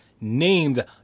named